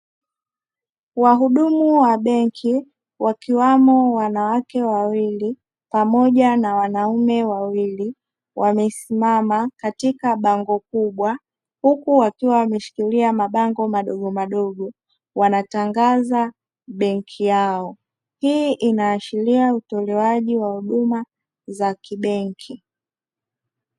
Wahudumu wa benki wakiwamo wanawake wawili pamoja na wanaume wawili wamesimama katika bango kubwa, huku wakiwa wameshikilia mabango madogo madogo wanatangaza benki yao hii inaashiria utolewaji wa huduma za kibenki.